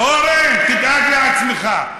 אורן, תדאג לעצמך.